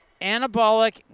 Anabolic